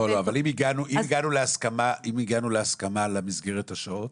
לא, אבל אם הגענו להסכמה על מסגרת השעות